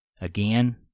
Again